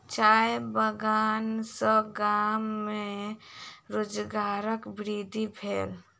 चाय बगान सॅ गाम में रोजगारक वृद्धि भेल